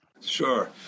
Sure